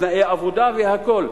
ותנאי עבודה, והכול.